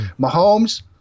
Mahomes